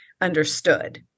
understood